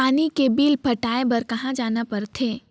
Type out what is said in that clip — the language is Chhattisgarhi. पानी के बिल पटाय बार कहा जाना पड़थे?